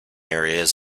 areas